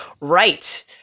Right